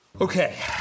Okay